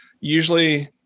usually